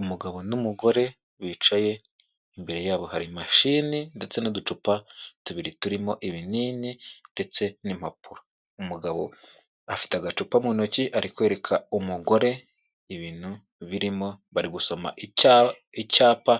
Umugabo n'umugore bicaye, imbere yabo hari mashini ndetse n'uducupa tubiri turimo ibinini ndetse n'impapuro, umugabo afite agacupa mu ntoki, ari kwereka umugore ibintu birimo, bari gusoma i icyapa